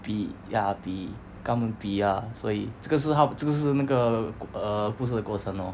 比 ya 比跟他们比 ah 所以这个是它这个是那个 err 故事的过程 lor